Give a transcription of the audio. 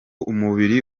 umubiri